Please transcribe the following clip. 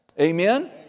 Amen